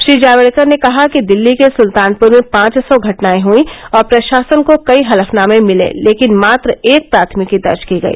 श्री जावड़ेकर ने कहा कि दिल्ली के सुल्तानपुर में पांच सौ घटनाएं हईं और प्रशासन को कई हलफनामे मिर्ले लेकिन मात्र एक प्राथमिकी दर्ज की गई